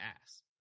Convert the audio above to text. ass